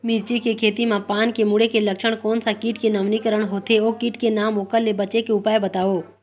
मिर्ची के खेती मा पान के मुड़े के लक्षण कोन सा कीट के नवीनीकरण होथे ओ कीट के नाम ओकर ले बचे के उपाय बताओ?